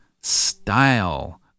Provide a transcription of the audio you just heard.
style